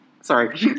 Sorry